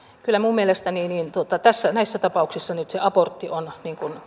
kyllä minun mielestäni näissä tapauksissa nyt se abortti